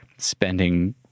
spending